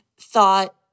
thought